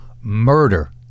murder